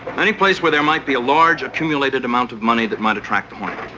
any place where there might be a large accumulated amount of money that might attract the hornet.